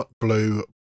Blue